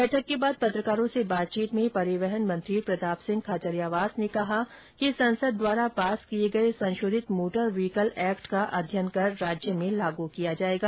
बैठक के बाद पत्रकारों से बातचीत में परिवहन मंत्री प्रताप सिंह खाचरियावास ने कहा है कि संसद द्वारा पास किये गये संशोधित मोटर व्हीकल एक्ट का अध्ययन कर राज्य में लागू किया जायेगा